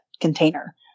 container